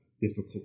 difficult